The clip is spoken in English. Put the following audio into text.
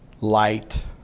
light